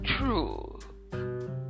true